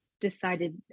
decided